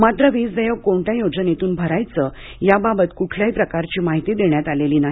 मात्र वीज देयक कोणत्या योजनेतून भरायचे याबाबत कुठल्याही प्रकारची माहिती देण्यात आलेली नाही